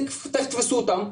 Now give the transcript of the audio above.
תתפסו אותם,